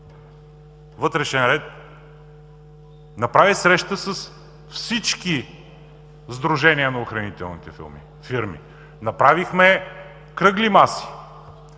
обществен ред направи среща с всички сдружения на охранителните фирми, направихме кръгли маси,